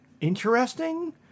interesting